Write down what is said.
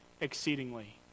exceedingly